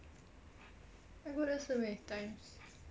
I go there so many times